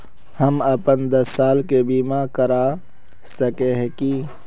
हम अपन दस साल के बीमा करा सके है की?